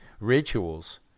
rituals